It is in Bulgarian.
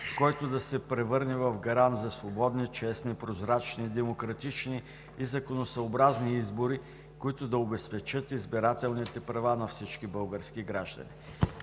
който да се превърне в гарант за свободни, честни, прозрачни, демократични и законосъобразни избори, които да обезпечат избирателните права на всички български граждани.